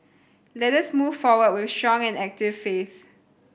let us move forward with strong and active faith